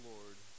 Lord